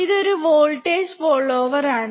ഇതൊരു voltage follower ആണ്